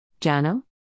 Jano